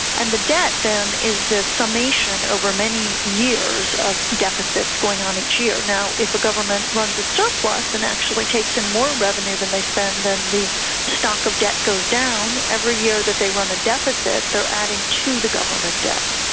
and the debt then is the summation over many years of deficits going on each year. if a government runs a surplus and actually takes in more revenue than they spend and the stock of debt goes down, every year that they run a deficit they are adding to the government debt.